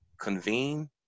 convene